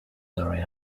murray